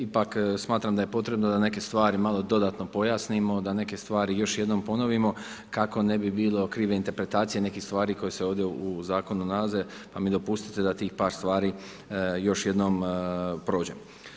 Ipak smatram da je potrebno da neke stvari malo dodatno pojasnimo, da neke stvari još jednom ponovimo kako ne bi bilo krive interpretacije nekih stvari koje se ovdje u zakonu nalaze pa mi dopustite da tih par stvari još jednom prođem.